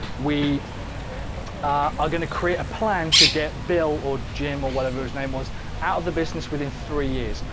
we are going to create a plan to get bill or jim or whatever his name was out of the business within three years,